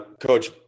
Coach